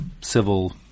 civil